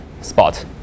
spot